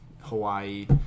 Hawaii